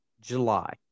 July